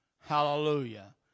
Hallelujah